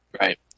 right